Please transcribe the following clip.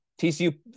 TCU